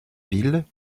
ville